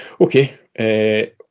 Okay